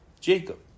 Jacob